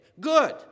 Good